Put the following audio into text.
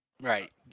Right